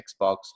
Xbox